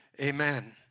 Amen